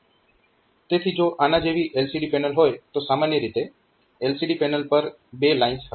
તેથી જો આના જેવી LCD પેનલ હોય તો સામાન્ય રીતે LCD પેનલ પર બે લાઇન્સ હશે